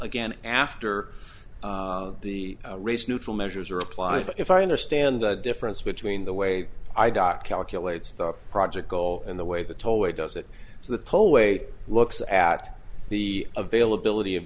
again after the race neutral measures are applied if i understand the difference between the way i got calculates the project goal and the way the tollway does it so the poway looks at the availability of